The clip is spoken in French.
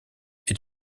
est